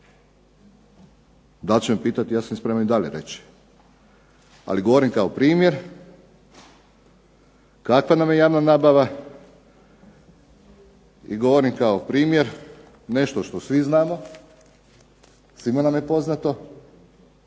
Dal će me pitati, ja sam spreman i dalje reći. Ali govorim kao primjer kakva nam je javna nabava i govorim kao primjer nešto što svi znamo, svima nam je poznato